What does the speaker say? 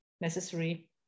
necessary